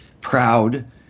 proud